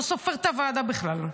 לא סופר את הוועדה בכלל,